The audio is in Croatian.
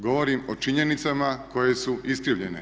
Govorim o činjenicama koje su iskrivljene.